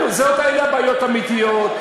אלה הבעיות האמיתיות.